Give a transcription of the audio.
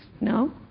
No